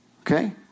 okay